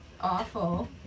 awful